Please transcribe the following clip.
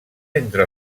entre